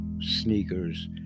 sneakers